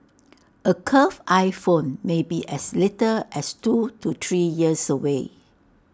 A curved iPhone may be as little as two to three years away